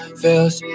feels